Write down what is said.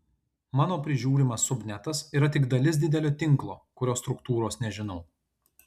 mano prižiūrimas subnetas yra tik dalis didelio tinklo kurio struktūros nežinau